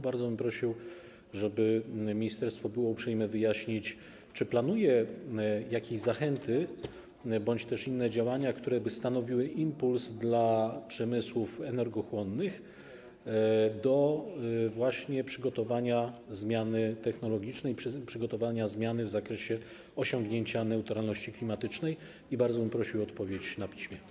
Bardzo bym prosił, żeby ministerstwo było uprzejme wyjaśnić, czy planuje jakieś zachęty bądź też inne działania, które by stanowiły impuls dla przemysłów energochłonnych do przygotowania zmiany technologicznej, zmiany w zakresie osiągnięcia neutralności klimatycznej, i bardzo bym prosił o odpowiedź na piśmie.